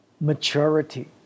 maturity